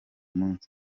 munsi